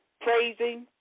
praising